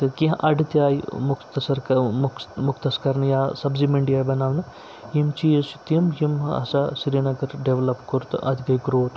تہٕ کیٚنٛہہ اَڈٕ تہِ آیہِ مُختصر مُختص کَرنہٕ یا سبزی منڈی آیہِ بَناونہٕ یِم چیٖز چھِ تِم یِم ہَسا سرینگر ڈٮ۪ولَپ کوٚر تہٕ اَتھ گٔے گرٛوتھ